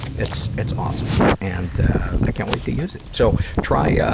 it's, it's awesome, and i can't wait to use it. so try, ah,